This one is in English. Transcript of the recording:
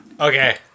Okay